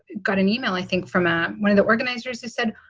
got an yeah e-mail, i think, from ah one of the organizers who said,